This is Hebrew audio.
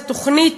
זו תוכנית,